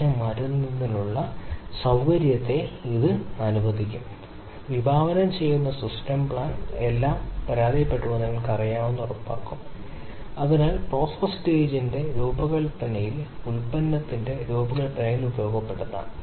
പക്ഷെ നമ്മൾ പറയുക ഭിന്നസംഖ്യ വസ്ത്രം എന്നിങ്ങനെയുള്ള അഭികാമ്യമല്ലാത്ത സ്വഭാവസവിശേഷതകളെക്കുറിച്ച് സംസാരിക്കുന്നു അത്തരത്തിലുള്ള സാഹചര്യത്തിലാണ് നല്ലത് അത് കുറച്ച് ബുദ്ധിമുട്ടാണ് ടാർഗെറ്റിൽ നിന്നുള്ള വ്യതിയാനമായി ഇത് മനസ്സിലാക്കുക